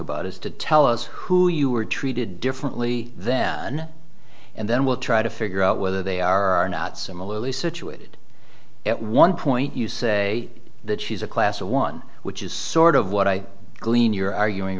about is to tell us who you are treated differently than and then we'll try to figure out whether they are are not similarly situated at one point you say that she's a class of one which is sort of what i gleen you're arguing